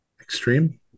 extreme